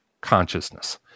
consciousness